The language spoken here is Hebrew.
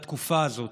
בתקופה הזאת: